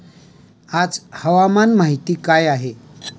आज हवामान माहिती काय आहे?